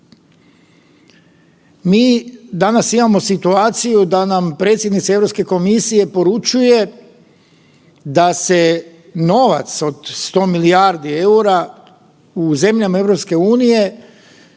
Mi danas imamo situaciju da nam predsjednica Europske komisije poručuje da se novac od 100 milijardi EUR-a u zemljama EU troši na